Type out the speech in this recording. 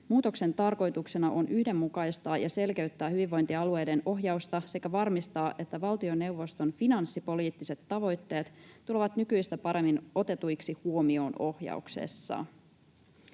”Muutoksen tarkoituksena on yhdenmukaistaa ja selkeyttää hyvinvointialueiden ohjausta sekä varmistaa, että valtioneuvoston finanssipoliittiset tavoitteet tulevat nykyistä paremmin otetuiksi huomioon ohjauksessa.”